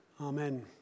Amen